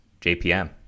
JPM